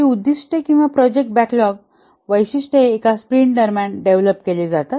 हि उद्दिष्टे किंवा प्रोजेक्ट बॅकलॉग वैशिष्ट्ये एका स्प्रिंट दरम्यान डेव्हलप केले जातात